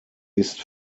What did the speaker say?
ist